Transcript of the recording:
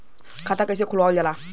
खाता कइसे खुलावल जाला?